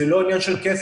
זה לא עניין של כסף,